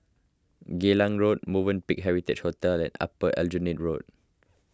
Geylang Road Movenpick Heritage Hotel and Upper Aljunied Road